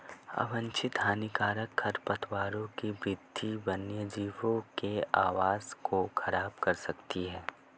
अवांछित हानिकारक खरपतवारों की वृद्धि वन्यजीवों के आवास को ख़राब कर सकती है